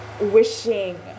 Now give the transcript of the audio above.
wishing